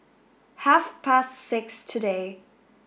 half past six today